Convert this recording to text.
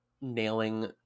nailing